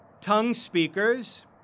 tongue-speakers